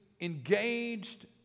engaged